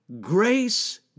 Grace